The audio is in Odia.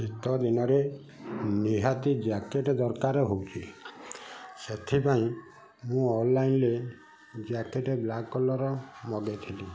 ଶୀତ ଦିନରେ ନିହାତି ଜ୍ୟାକେଟ୍ ଦରକାର ହେଉଛି ସେଥିପାଇଁ ମୁଁ ଅନଲାଇନ୍ରେ ଜ୍ୟାକେଟ୍ ବ୍ଲାକ୍ କଲର୍ର ମଗାଇଥିଲି